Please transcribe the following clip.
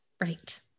Right